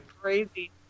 Crazy